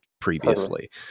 previously